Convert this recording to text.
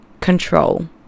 control